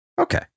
Okay